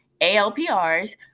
ALPRs